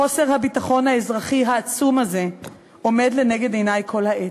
חוסר הביטחון האזרחי העצום הזה עומד לנגד עיני כל העת.